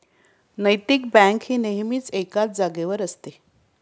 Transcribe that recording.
नैतिक बँक ही नेहमीच एकाच जागेवर असते